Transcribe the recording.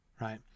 right